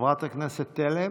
חברת הכנסת תלם?